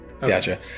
gotcha